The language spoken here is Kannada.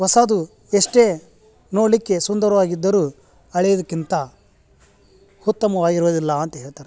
ಹೊಸದು ಎಷ್ಟೇ ನೋಡಲಿಕ್ಕೆ ಸುಂದರವಾಗಿದ್ದರೂ ಹಳೆದ್ಕಿಂತ ಉತ್ತಮವಾಗಿರೋದಿಲ್ಲ ಅಂತ ಹೇಳ್ತಾರೆ